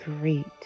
great